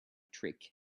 trick